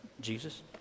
Jesus